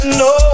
no